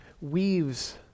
weaves